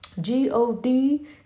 G-O-D